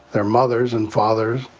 they're mothers and fathers.